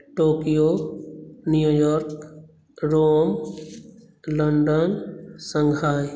Tokyo New York Rome London Shanghai